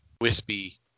wispy